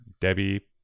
Debbie